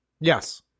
Yes